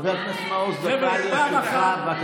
דקה לרשותך, בבקשה.